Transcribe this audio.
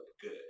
good